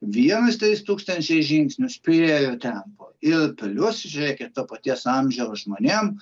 vienas trys tūkstančiai žingsnių spėriojo tempo ir plius žiūrėkit to paties amžiaus žmonėm